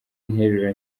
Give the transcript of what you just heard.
interuro